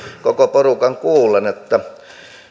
koko porukan kuullen että